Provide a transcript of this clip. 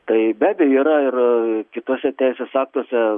tai be abejo yra ir kituose teisės aktuose